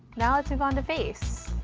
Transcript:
now lets move on to face.